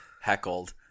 Heckled